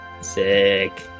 Sick